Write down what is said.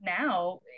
now